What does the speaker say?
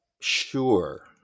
Sure